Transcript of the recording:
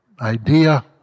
idea